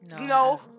No